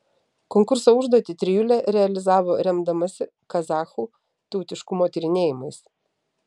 konkurso užduotį trijulė realizavo remdamasi kazachų tautiškumo tyrinėjimais